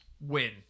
win